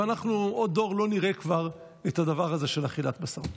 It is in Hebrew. ובעוד דור אנחנו כבר לא נראה את הדבר הזה של אכילת בשר.